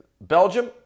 Belgium